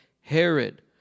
Herod